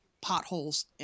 potholes